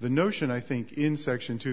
the notion i think in section two